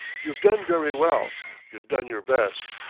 you've done very well you've done your best.